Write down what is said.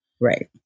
Right